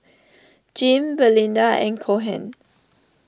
Jim Belinda and Cohen